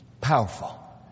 powerful